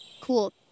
Cool